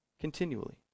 Continually